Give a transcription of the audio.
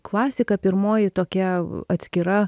klasika pirmoji tokia atskira